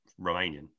Romanian